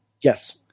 Yes